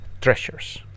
treasures